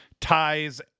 ties